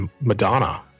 Madonna